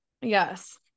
yes